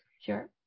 Sure